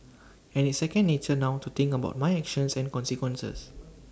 and it's second nature now to think about my actions and consequences